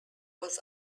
was